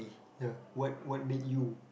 ya what what made you